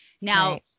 Now